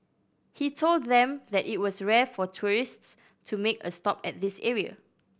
he told them that it was rare for tourists to make a stop at this area